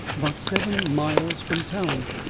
about seven miles from town.